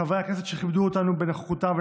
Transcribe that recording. לחברי הכנסת שכיבדו אותנו בנוכחותם,